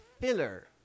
filler